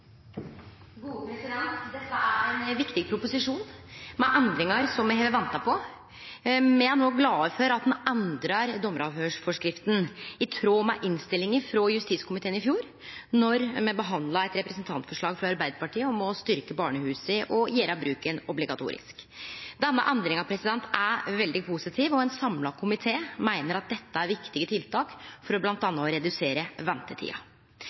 er ein viktig proposisjon med endringar som me har venta på. Me er glade for at ein endrar domaravhøyrsforskrifta i tråd med innstillinga frå justiskomiteen i fjor, då me behandla eit representantforslag frå Arbeidarpartiet om å styrkje barnehusa og å gjere bruken obligatorisk. Denne endringa er veldig positiv, og ein samla komité meiner at dette er viktige tiltak for bl.a. å redusere ventetida.